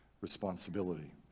responsibility